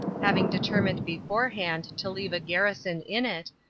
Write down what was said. having determined beforehand to leave a garrison in it,